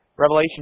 Revelation